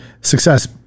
Success